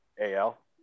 AL